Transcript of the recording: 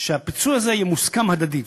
שהפיצוי הזה יהיה מוסכם הדדית.